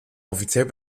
offiziell